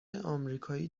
امریکایی